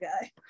guy